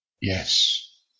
Yes